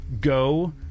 go